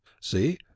see